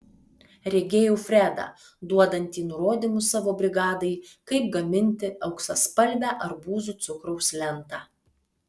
regėjau fredą duodantį nurodymus savo brigadai kaip gaminti auksaspalvę arbūzų cukraus lentą